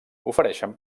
ofereixen